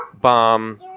Bomb